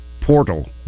portal